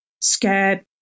scared